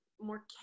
more